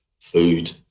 food